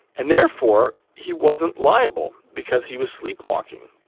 and therefore he wasn't liable because he was sleepwalking.